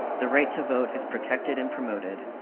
the right to vote is protected and promoted.